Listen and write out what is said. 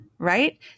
Right